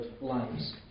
lives